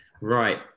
Right